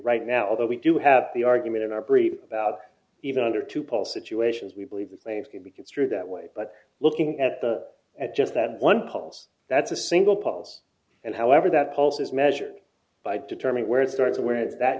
right now although we do have the argument in our brief about even under two pulse situations we believe that they could be construed that way but looking at the at just that one pulse that's a single pulse and however that pulse is measured by determine where it starts to wear that